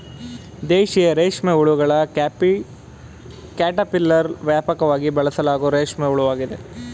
ದೇಶೀಯ ರೇಷ್ಮೆಹುಳುಗಳ ಕ್ಯಾಟರ್ಪಿಲ್ಲರ್ ವ್ಯಾಪಕವಾಗಿ ಬಳಸಲಾಗೋ ರೇಷ್ಮೆ ಹುಳುವಾಗಿದೆ